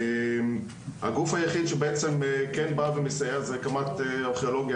הגוף היחיד שכן בא ומסייע זה קמ"ט ארכיאולוגיה,